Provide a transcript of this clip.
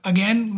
Again